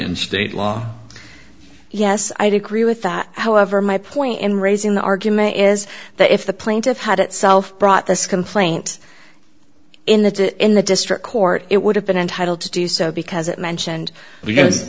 and state law yes i'd agree with that however my point in raising the argument is that if the plaintiffs had itself brought this complaint in the in the district court it would have been entitled to do so because it mentioned